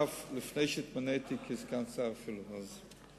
ביום כ"ט באדר תשס"ט (25 במרס 2009):